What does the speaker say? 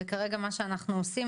כרגע מה שאנחנו עושים,